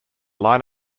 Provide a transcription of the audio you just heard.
line